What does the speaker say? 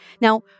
Now